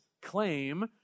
claim